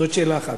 זאת שאלה אחת.